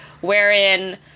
Wherein